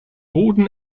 boden